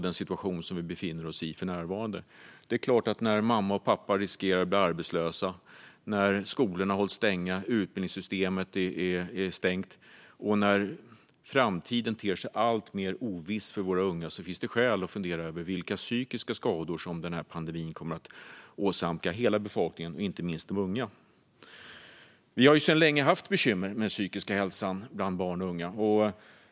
Det är klart att när mamma och pappa riskerar att bli arbetslösa, när skolorna hålls stängda, utbildningssystemet är stängt och framtiden ter sig alltmer oviss för våra unga finns det skäl att fundera över vilka psykiska skador den här pandemin kommer att åsamka hela befolkningen och inte minst de unga. Vi har sedan länge haft bekymmer med den psykiska ohälsan bland barn och unga.